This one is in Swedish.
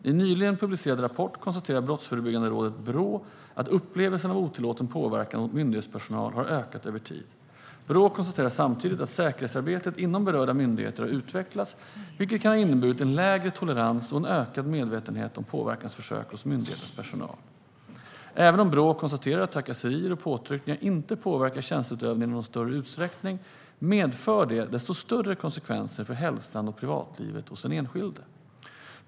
I en nyligen publicerad rapport konstaterar Brottsförebyggande rådet, Brå, att upplevelsen av otillåten påverkan mot myndighetspersonal har ökat över tid. Brå konstaterar samtidigt att säkerhetsarbetet inom berörda myndigheter har utvecklats, vilket kan ha inneburit en lägre tolerans och en ökad medvetenhet om påverkansförsök hos myndigheternas personal. Även om Brå konstaterar att trakasserier och påtryckningar inte påverkar tjänsteutövningen i någon större utsträckning medför det desto större konsekvenser för hälsan och privatlivet hos den enskilde.